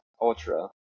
Ultra